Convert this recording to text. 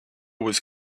was